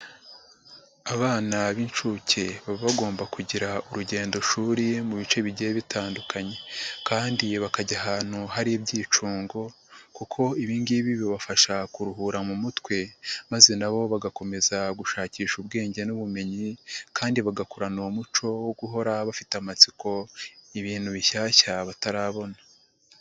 Abana b'inshuke baba bagomba kugira urugendoshuri mu bice bigiye bitandukanye kandi bakajya ahantu hari ibyicungo kuko ibi ngibi bibafasha kuruhura mu mutwe maze na bo bagakomeza gushakisha ubwenge n'ubumenyi kandi bagakurana uwo muco wo guhora bafitiye amatsiko ibintu bishyashya batarabona.